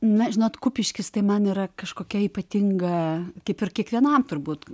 na žinot kupiškis tai man yra kažkokia ypatinga kaip ir kiekvienam turbūt